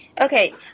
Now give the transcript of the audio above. Okay